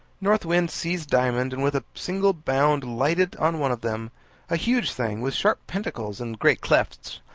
north wind seized diamond, and with a single bound lighted on one of them a huge thing, with sharp pinnacles and great clefts.